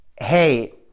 hey